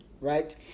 right